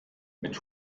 mit